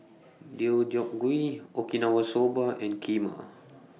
Deodeok Gui Okinawa Soba and Kheema